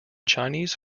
chinese